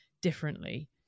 differently